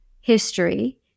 History